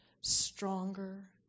stronger